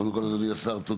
קודם כל, לאדוני השר, תודה,